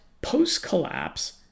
Post-collapse